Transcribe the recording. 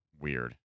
Weird